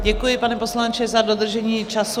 Děkuji, pane poslanče, za dodržení času.